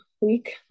week